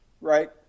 Right